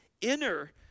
inner